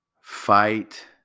fight